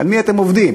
על מי אתם עובדים?